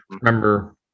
remember